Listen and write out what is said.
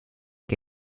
que